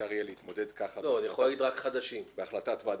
שאפשר יהיה להתמודד ככה, בהחלטת ועדה.